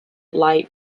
light